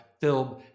film